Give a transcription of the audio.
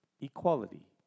equality